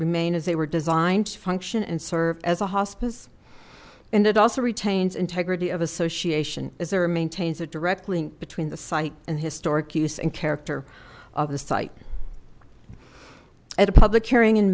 remain as they were designed to function and serve as a hospice and it also retains integrity of association as there maintains a direct link between the site and historic use and character of the site at a public hearing in